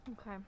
Okay